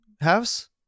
house